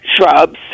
shrubs